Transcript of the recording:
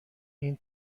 این